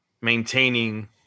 maintaining